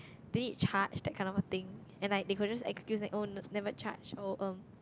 did it charge that kind of a thing and like they could just excuse and oh n~ never charge oh um